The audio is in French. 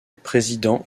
président